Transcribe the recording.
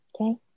okay